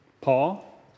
Paul